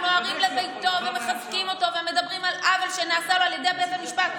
נוהרים לביתו ומחזקים אותו ומדברים על עוול שנעשה לו על ידי בית המשפט,